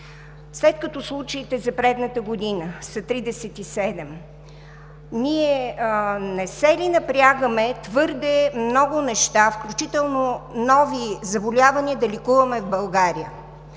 След като за предната година случаите са 37, ние не се ли напрягаме за твърде много неща, включително нови заболявания, да лекуваме в България?